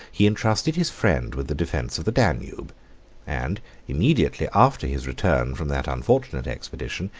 he intrusted his friend with the defence of the danube and immediately after his return from that unfortunate expedition,